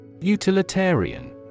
Utilitarian